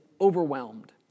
overwhelmed